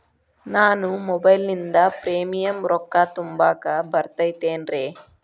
ನಾನು ಮೊಬೈಲಿನಿಂದ್ ಪ್ರೇಮಿಯಂ ರೊಕ್ಕಾ ತುಂಬಾಕ್ ಬರತೈತೇನ್ರೇ?